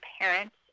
parents